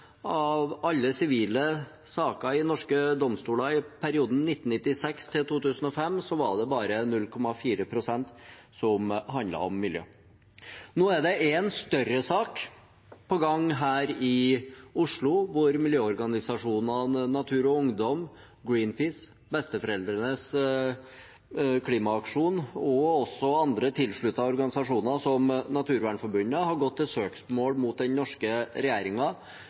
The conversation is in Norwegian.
alle sivile saker i norske domstoler i perioden 1996 til 2005 var det bare 0,4 pst. som handlet om miljø. Nå er det en større sak på gang her i Oslo hvor miljøorganisasjonene Natur og Ungdom, Greenpeace, Besteforeldrenes klimaaksjon og også andre tilsluttede organisasjoner, som Naturvernforbundet, har gått til søksmål mot den norske